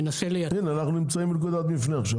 אנחנו נמצאים בנקודת מפנה עכשיו,